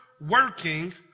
working